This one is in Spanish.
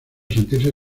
sentirse